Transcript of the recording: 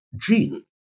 gene